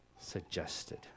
suggested